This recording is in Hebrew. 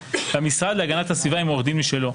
והמשרד להגנת הסביבה עם עורך דין משלו,